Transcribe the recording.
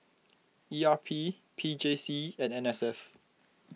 E R P P J C and N S F